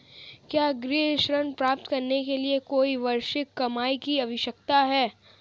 क्या गृह ऋण प्राप्त करने के लिए कोई वार्षिक कमाई की आवश्यकता है?